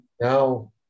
Now